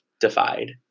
defied